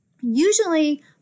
usually